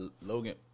Logan